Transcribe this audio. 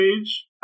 page